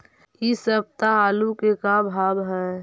इ सप्ताह आलू के का भाव है?